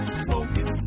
smoking